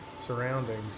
surroundings